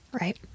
right